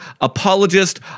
apologist